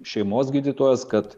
šeimos gydytojas kad